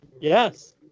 Yes